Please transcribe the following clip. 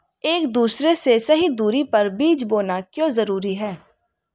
एक दूसरे से सही दूरी पर बीज बोना क्यों जरूरी है?